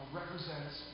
represents